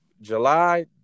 July